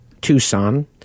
Tucson